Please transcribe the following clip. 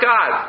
God